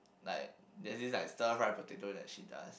like there's this like stir fried potato that she does